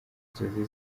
nzozi